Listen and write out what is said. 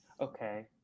okay